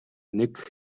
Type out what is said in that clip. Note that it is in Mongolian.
нэг